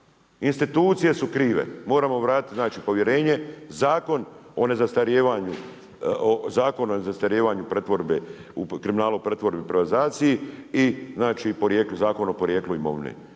Institucije su krive. Moramo vratiti povjerenje, Zakon o nezastarijevanju kriminala u pretvorbi i privatizaciji i Zakon o porijeklu imovine,